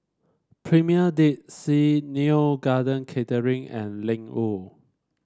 Premier Dead Sea Neo Garden Catering and Ling Wu